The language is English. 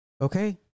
Okay